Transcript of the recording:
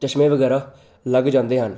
ਚਸ਼ਮੇ ਵਗੈਰਾ ਲੱਗ ਜਾਂਦੇ ਹਨ